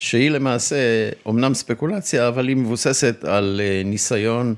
שהיא למעשה אומנם ספקולציה, אבל היא מבוססת על ניסיון.